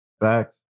Back